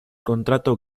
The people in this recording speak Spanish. contrato